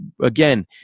again